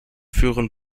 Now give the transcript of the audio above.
führen